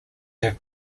have